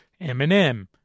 Eminem